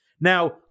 Now